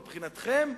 מבחינתכם,